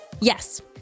Yes